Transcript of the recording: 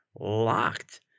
locked